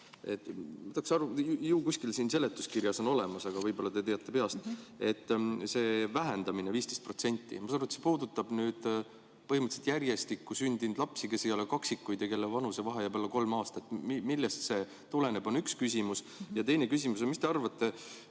lõige 7. Ju see kuskil siin seletuskirjas on olemas, aga võib-olla te teate peast, et see 15%‑line vähendamine, ma saan aru, puudutab põhimõtteliselt järjestikku sündinud lapsi, kes ei ole kaksikud ja kelle vanusevahe jääb alla kolme aasta. Millest see tuleneb? See on üks küsimus. Ja teine küsimus on, et mis te arvate,